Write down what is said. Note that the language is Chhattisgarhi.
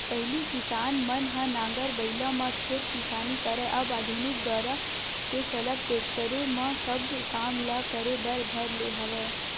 पहिली किसान मन ह नांगर बइला म खेत किसानी करय अब आधुनिक दौरा के चलत टेक्टरे म सब काम ल करे बर धर ले हवय